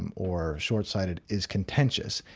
and or short-sighted, is contentious.